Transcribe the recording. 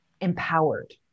empowered